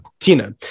Tina